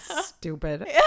stupid